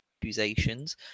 accusations